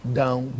down